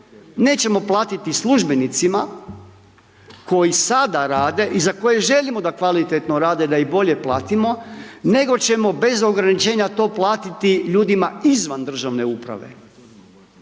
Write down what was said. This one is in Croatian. nećemo platiti službenicima koji sada rada i za koje želimo da kvalitetno rade da ih bolje platimo, nego ćemo bez ograničenja to platiti ljudima izvan državne uprave.